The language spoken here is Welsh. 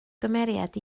gymeriad